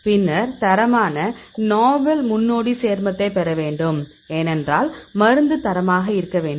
பின்னர் தரமான நாவல் முன்னோடி சேர்மத்தை பெற வேண்டும் ஏனென்றால் மருந்து தரமாக இருக்க வேண்டும்